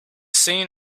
seen